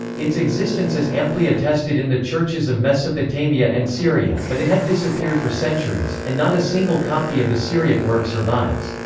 its existence is amply attested in the churches of mesopotamia and syria, but it had disappeared for centuries, and not a single copy of the syriac work survives.